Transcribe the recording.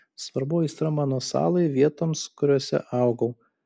svarbu aistra mano salai vietoms kuriose augau